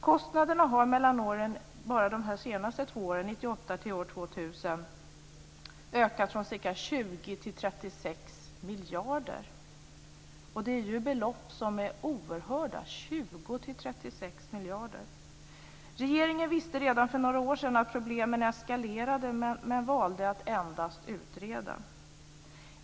Kostnaderna har bara de senaste åren, mellan 1998 och 2000, ökat från ca 20 till 36 miljarder - det är oerhörda belopp. Regeringen visste redan för några år sedan att problemen eskalerade men valde att endast utreda.